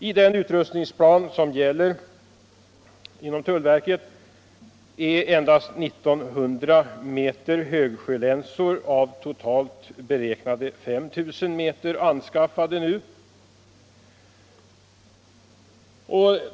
Endast 1900 m högsjölänsor av i utrustningsplanen för tullverket angivna 5000 m är nu anskaffade.